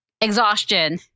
exhaustion